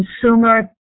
consumer